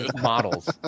models